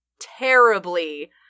terribly